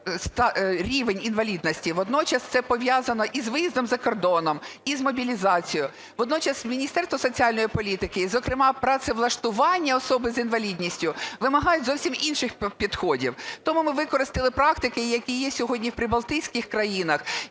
рівень інвалідності, водночас це пов'язано і з виїздом за кордон, і з мобілізацією. Водночас Міністерство соціальної політики, і, зокрема, працевлаштування особи з інвалідністю, вимагають зовсім інших підходів. Тому ми використали практики, які є сьогодні в прибалтійських країнах,